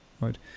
right